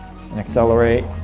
accelerate,